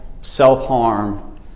self-harm